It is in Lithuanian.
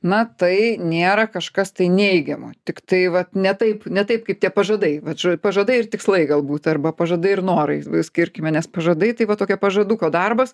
na tai nėra kažkas tai neigiamo tik tai vat ne taip ne taip kaip tie pažadai vat ža pažadai ir tikslai galbūt arba pažadai ir norai skirkime nes pažadai tai va tokia pažaduko darbas